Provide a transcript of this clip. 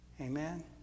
Amen